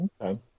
Okay